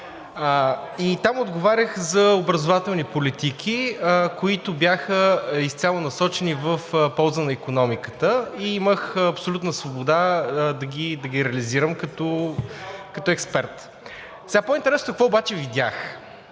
И там отговарях за образователни политики, които бяха изцяло насочени в полза на икономиката, и имах абсолютна свобода да ги реализирам, като експерт. По-интересното е какво обаче видях?